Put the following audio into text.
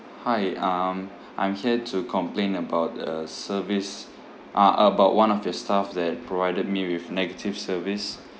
hi um I'm here to complain about a service uh about one of your staff that provided me with negative service